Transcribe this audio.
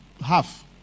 half